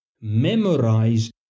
memorize